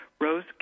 Rose